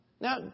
Now